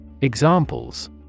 Examples